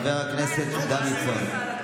חבר הכנסת דוידסון.